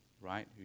right